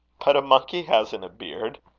but a monkey hasn't a beard,